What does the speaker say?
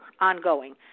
ongoing